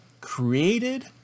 created